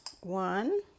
One